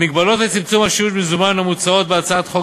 ההגבלות לצמצום השימוש במזומן המוצעות בהצעת חוק